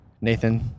Nathan